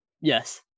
Yes